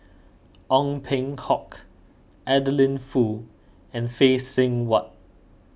Ong Peng Hock Adeline Foo and Phay Seng Whatt